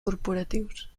corporatius